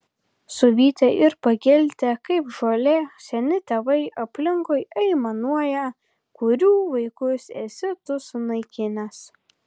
suvytę ir pageltę kaip žolė seni tėvai aplinkui aimanuoja kurių vaikus esi tu sunaikinęs